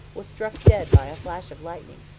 was struck dead by a flash of lightning.